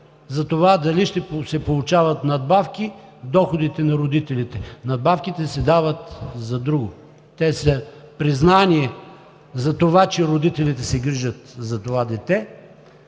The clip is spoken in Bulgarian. за това дали ще се получават надбавки в доходите на родителите. Надбавките се дават за друго. Те са признание, че родителите се грижат за това дете.